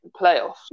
playoffs